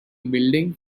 building